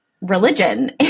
religion